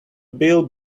bill